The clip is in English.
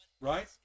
right